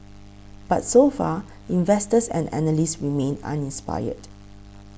but so far investors and analysts remain uninspired